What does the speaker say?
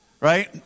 right